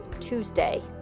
Tuesday